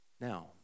Now